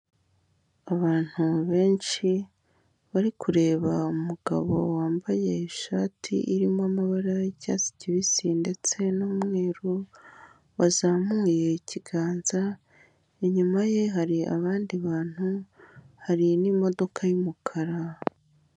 Abantu benshi, bari kureba umugabo wambaye ishati irimo amabara y'icyatsi kibisi ndetse n'umweru, wazamuye ikiganza, inyuma ye, hari abandi bantu, hari n'imodoka y'umukara.